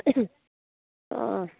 অঁ